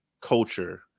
culture